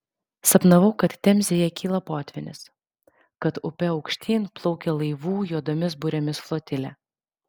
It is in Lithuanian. sapnavau kad temzėje kyla potvynis kad upe aukštyn plaukia laivų juodomis burėmis flotilė